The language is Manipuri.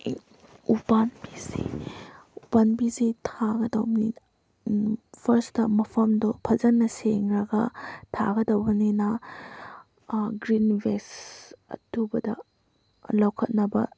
ꯎ ꯄꯥꯝꯕꯤꯁꯤ ꯊꯥꯒꯗꯧꯅꯤꯅ ꯐꯥꯔꯁꯇ ꯃꯐꯝꯗꯣ ꯐꯖꯅ ꯁꯦꯡꯂꯒ ꯊꯥꯒꯗꯧꯕꯅꯤꯅ ꯒ꯭ꯔꯤꯟ ꯋꯦꯁ ꯑꯊꯨꯕꯗ ꯂꯧꯈꯠꯅꯕ